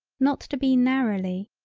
not to be narrowly.